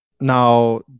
Now